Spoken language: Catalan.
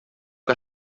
que